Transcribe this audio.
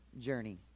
journey